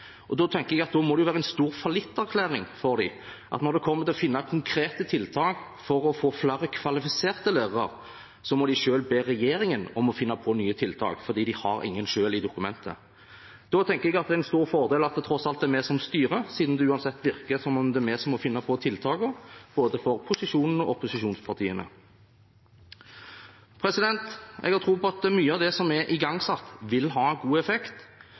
Da må det jo være en stor fallitterklæring for dem at når det kommer til å finne konkrete tiltak for å få flere kvalifiserte lærere, må de selv be regjeringen om å finne på nye tiltak, fordi de ikke har noen selv i dokumentet. Da tenker jeg at det er en stor fordel – både for posisjons- og opposisjonspartiene – at det tross alt er vi som styrer, siden det virker som om det uansett er vi som må finne tiltakene. Jeg har tro på at mye av det som er igangsatt, vil ha god effekt,